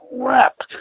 crap